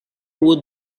who